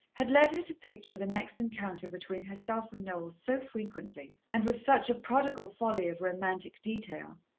had led her to picture the next encounter between herself and noel so frequently, and with such a prodigal folly of romantic detail,